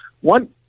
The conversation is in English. One